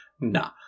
nah